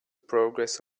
progress